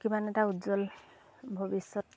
কিমান এটা উজ্জ্বল ভৱিষ্যত